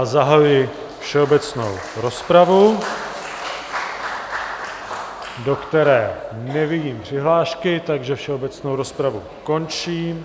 Zahajuji všeobecnou rozpravu, do které nevidím přihlášky, takže všeobecnou rozpravu končím.